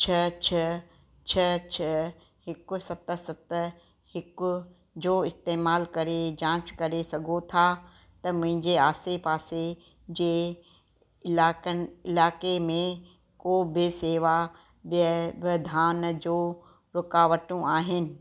छह छह छह छह हिकु सत सत हिकु जो इस्तेमालु करे जाच करे सघो था त मुंहिंजे आसे पासे जे इलाइक़े इलाइक़नि में को बि सेवा ॾिय वधान जो रुकावटूं आहिनि